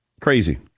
Crazy